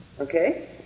Okay